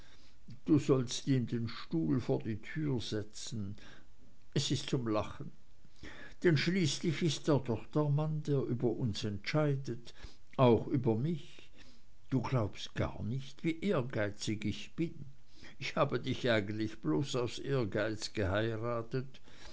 du sollst ihm den stuhl vor die tür setzen es ist zum lachen denn schließlich ist er doch der mann der über uns entscheidet auch über mich du glaubst gar nicht wie ehrgeizig ich bin ich habe dich eigentlich bloß aus ehrgeiz geheiratet